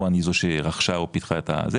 הראשון היא זו שרכשה או פיתחה את זה,